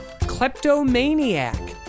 Kleptomaniac